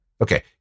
Okay